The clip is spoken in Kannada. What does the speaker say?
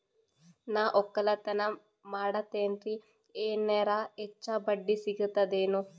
ನಾ ಒಕ್ಕಲತನ ಮಾಡತೆನ್ರಿ ಎನೆರ ಹೆಚ್ಚ ಬಡ್ಡಿ ಸಿಗತದೇನು?